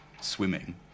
swimming